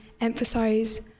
emphasize